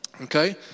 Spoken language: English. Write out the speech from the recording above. Okay